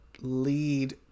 Lead